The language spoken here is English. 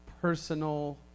personal